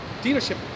dealership